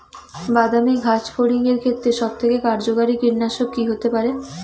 বাদামী গাছফড়িঙের ক্ষেত্রে সবথেকে কার্যকরী কীটনাশক কি হতে পারে?